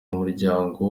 mumuryango